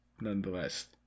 nonetheless